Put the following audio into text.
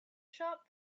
shop